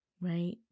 right